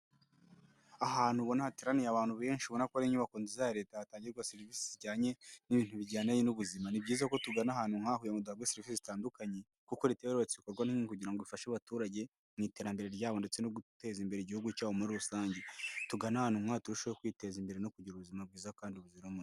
Ahantu ubona hateraniye abantu benshi ubona ko ari inyubako nziza ya leta hatangirwa serivisi zijyanye n'ibintu bijyandanye n'ubuzima. Ni byiza ko tugana ahantu nk'aha kugira ngo duhabwe serivisi zitandukanye, kuko leta iba yarubatse ibikorwa nk'ibi kugira ngo ifashe abaturage mu iterambere ryabo ndetse no guteza imbere igihugu cyabo muri rusange. Tugane ahantu nk'aha turusheho kwiteza imbere no kugira ubuzima bwiza kandi buzira umuze.